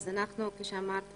כמו שאמרת,